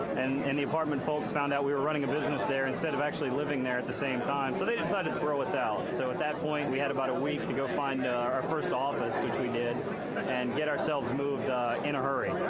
and. the apartment folks found out we were running a business there instead of actually living there the same time so they decided to throw us out. so at that point, we had about a week to go find our first office, which we did and get ourselves moved in a hurry